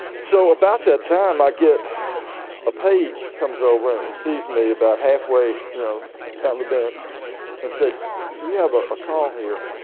so about that time i get a page comes over and sees me about halfway you know down the bench and said you have ah a call here.